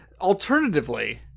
Alternatively